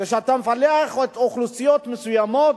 כשאתה מפלח אוכלוסיות מסוימות,